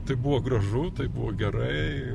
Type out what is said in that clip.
tai buvo gražu tai buvo gerai